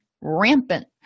rampant